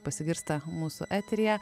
pasigirsta mūsų eteryje